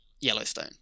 yellowstone